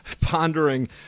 pondering